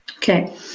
Okay